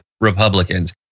Republicans